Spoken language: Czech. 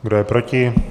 Kdo je proti?